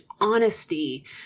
honesty